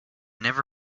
never